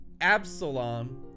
absalom